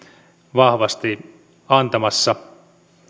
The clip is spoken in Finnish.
vahvasti antamassa